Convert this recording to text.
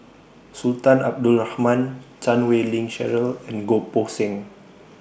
Sultan Abdul Rahman Chan Wei Ling Cheryl and Goh Poh Seng